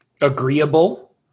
agreeable